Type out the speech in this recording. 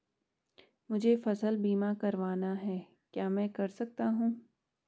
मुझे फसल बीमा करवाना है क्या मैं कर सकता हूँ?